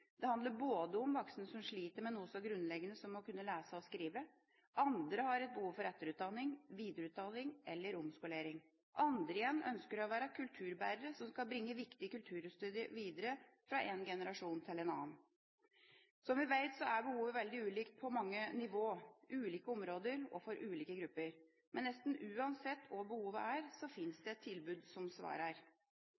Det handler om voksne som sliter med noe så grunnleggende som å kunne lese og skrive. Andre har behov for etterutdanning, videreutdanning eller omskolering. Andre igjen ønsker å være kulturbærere som skal bringe viktig kulturhistorie videre fra en generasjon til en annen. Som vi vet, er behovet veldig ulikt – på mange nivå, ulike områder og for ulike grupper. Men nesten uansett hva behovet er, finnes